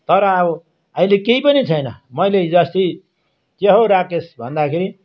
तर अब अहिले केही पनि छैन मैले हिजो अस्ति के हो राकेस भन्दाखेरि